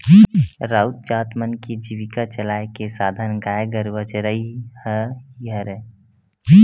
राउत जात मन के जीविका चलाय के साधन गाय गरुवा चरई ह ही हरय